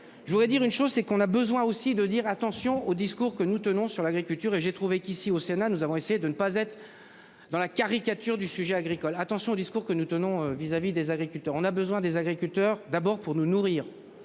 je voudrais dire une chose, c'est qu'on a besoin aussi de dire attention au discours que nous tenons sur l'agriculture et j'ai trouvé qu'ici au Sénat, nous avons essayé de ne pas être. Dans la caricature du sujet agricole attention au discours que nous tenons vis-à-vis des agriculteurs. On a besoin des agriculteurs d'abord pour nous nourrir